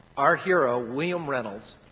our hero, william reynolds,